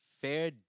fair